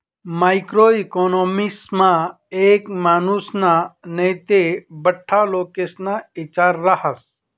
macro इकॉनॉमिक्समा एक मानुसना नै ते बठ्ठा लोकेस्ना इचार रहास